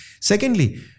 Secondly